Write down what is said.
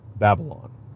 Babylon